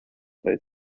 both